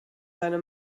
seine